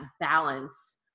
balance